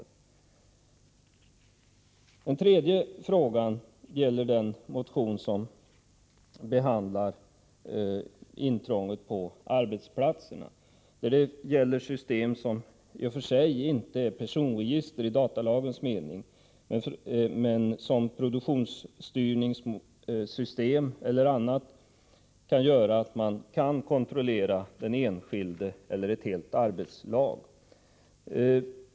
För det tredje rör det sig om den motion som behandlar integritetsintrång på arbetsplatserna. Här gäller det system som inte är personregister i datalagens mening, såsom produktionsstyrningssystem, där man kan kontrollera den enskilde eller ett helt arbetslag.